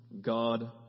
God